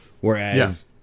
Whereas